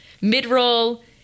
Mid-roll